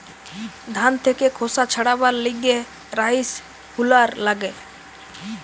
ধান থেকে খোসা ছাড়াবার লিগে রাইস হুলার লাগে